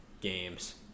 games